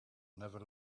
never